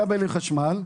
בכבלי חשמל.